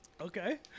Okay